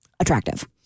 Attractive